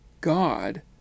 God